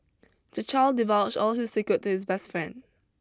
the child divulged all his secret to his best friend